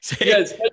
Yes